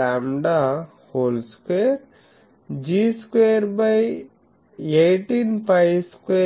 lambda 2 G2 18π2 1𝝌 1